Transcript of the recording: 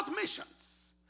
missions